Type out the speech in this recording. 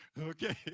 Okay